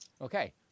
Okay